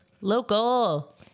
Local